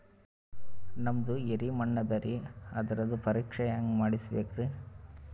ನಮ್ದು ಎರಿ ಮಣ್ಣದರಿ, ಅದರದು ಪರೀಕ್ಷಾ ಹ್ಯಾಂಗ್ ಮಾಡಿಸ್ಬೇಕ್ರಿ?